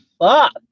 fuck